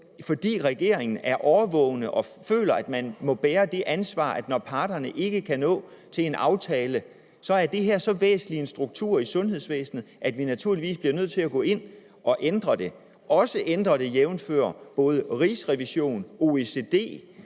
fordi regeringen er årvågen og føler, at vi må bære det ansvar, at når parterne ikke kan nå til en aftale, er det her så væsentlig en struktur i sundhedsvæsenet, at vi naturligvis bliver nødt til at gå ind og ændre det – også ændre det, jævnfør både Rigsrevisionen, OECD